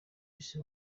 isi